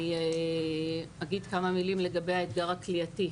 אני אגיד כמה מילים לגבי האתגר הכליאתי.